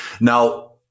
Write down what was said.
Now